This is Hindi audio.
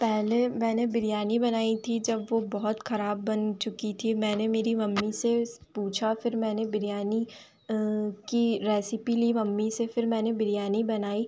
पहले मैंने बिरयानी बनाई थी जब वह बहुत ख़राब बन चुकी थी मैंने मेरी मम्मी से पूछा फिर मैंने बिरयानी की रेसिपी ली मम्मी से फिर मैंने बिरयानी बनाई